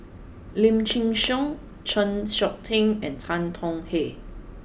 Lim Chin Siong Chng Seok Tin and Tan Tong Hye